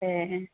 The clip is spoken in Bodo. ए